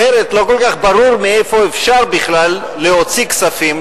אחרת לא כל כך ברור מאיפה אפשר בכלל להוציא כספים,